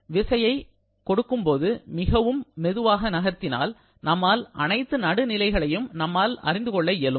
விசையை கொடுக்கும்போது மிக மெதுவாக நகர்த்தினாள் நம்மால் அனைத்து நடு நிலைகளையும் நம்மால் அறிந்து கொள்ள இயலும்